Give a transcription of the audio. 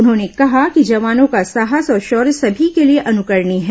उन्होंने कहा कि जवानों का साहस और शौर्य सभी के लिए अनुकरणीय है